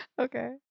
Okay